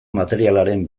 materialaren